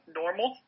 normal